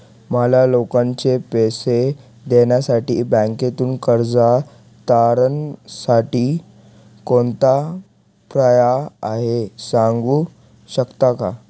मला लोकांचे पैसे देण्यासाठी बँकेतून कर्ज तारणसाठी कोणता पर्याय आहे? सांगू शकता का?